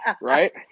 Right